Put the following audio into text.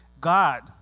God